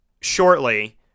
shortly